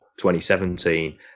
2017